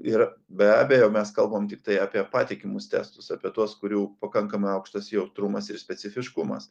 ir be abejo mes kalbam tiktai apie patikimus testus apie tuos kurių pakankamai aukštas jautrumas ir specifiškumas